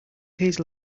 pays